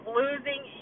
losing